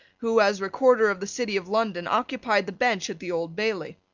who, as recorder of the city of london, occupied the bench at the old bailey.